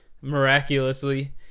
Miraculously